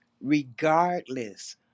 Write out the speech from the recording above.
regardless